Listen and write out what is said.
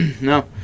No